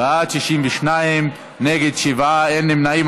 בעד, 62, נגד, שבעה, אין נמנעים.